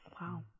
wow